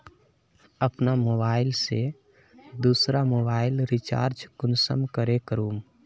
अपना मोबाईल से दुसरा मोबाईल रिचार्ज कुंसम करे करूम?